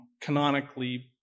canonically